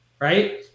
right